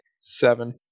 seven